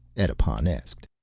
edipon asked.